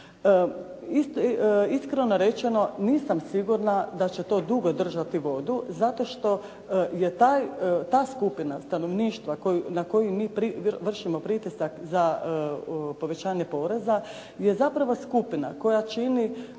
Iskreno rečeno nisam sigurna da će to dugo držati vodu, zato što je ta skupina stanovništva na koju mi vršimo pritisak za povećanje poreza je zapravo skupina koja čini